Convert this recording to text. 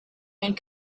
and